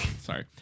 Sorry